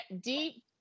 deep